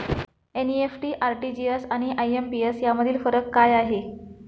NEFT, RTGS आणि IMPS यामधील फरक काय आहे?